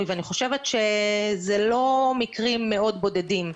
ואני חושבת שזה לא מקרים מאוד בודדים,